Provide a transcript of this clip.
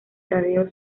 taddeo